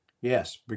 Yes